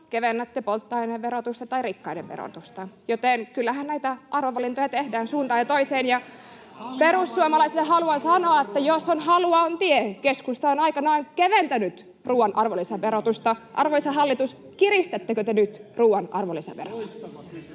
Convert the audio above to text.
Keskustan ryhmästä: Kaljaa vai ruokaa?] niin kyllähän näitä arvovalintoja tehdään suuntaan ja toiseen. Perussuomalaisille haluan sanoa, että jos on halua, on tie. Keskusta on aikanaan keventänyt ruuan arvonlisäverotusta. Arvoisa hallitus, kiristättekö te nyt ruuan arvonlisäveroa?